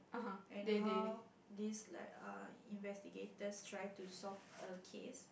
and how this like err investigators try to solve a case